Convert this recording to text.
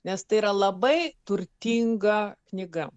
nes tai yra labai turtinga knyga